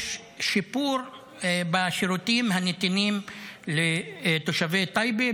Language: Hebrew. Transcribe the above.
יש שיפור בשירותים הניתנים לתושבי טייבה,